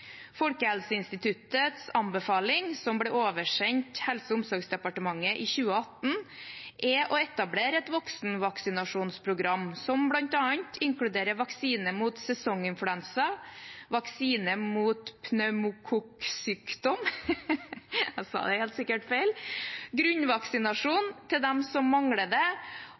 Folkehelseinstituttets anbefaling, som ble oversendt Helse- og omsorgsdepartementet i 2018, er å etablere et voksenvaksinasjonsprogram som bl.a. inkluderer vaksine mot sesonginfluensa, vaksine mot pneumokokksykdom, grunnvaksinasjon til dem som mangler det, inkludert vaksiner til flyktninger og asylsøkere, som